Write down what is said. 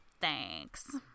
Thanks